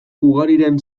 ugariren